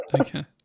Okay